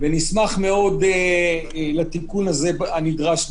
נשמח מאוד לתיקון הנדרש בחוק.